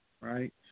right